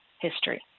history